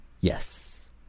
Yes